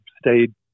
stayed